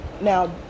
now